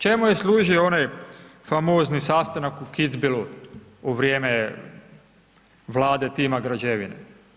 Čemu je služio onaj famozni sastanak u Kicbilu u vrijeme Vlade tima građevine?